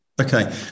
Okay